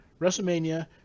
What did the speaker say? WrestleMania